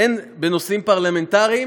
הן בנושאים פרלמנטריים,